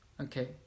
Okay